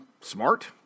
smart